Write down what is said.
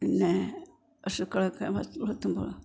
പിന്നെ പശുക്കളൊക്കെ വളർത്തുമ്പോൾ